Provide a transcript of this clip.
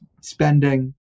spending